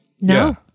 No